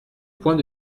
point